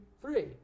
three